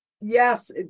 yes